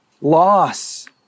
loss